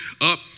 up